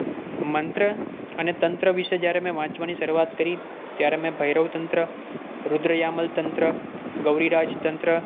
મંત્ર તંત્ર વિષે જ્યારે મેં વાંચવાની શરૂઆત કરી ત્યારે મેં ભૈરવ તંત્ર રુદ્ર યામલ તંત્ર ગૌરી રાજ તંત્ર